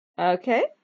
Okay